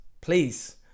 please